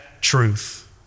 truth